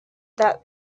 that